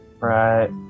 right